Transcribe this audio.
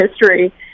history